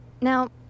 now